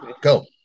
Go